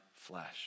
flesh